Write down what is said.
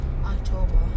October